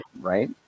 Right